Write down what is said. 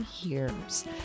years